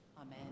Amen